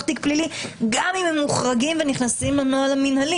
תיק פלילי גם אם הם מוחרגים ונכנסים לנוהל המינהלי.